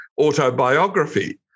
autobiography